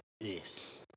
Yes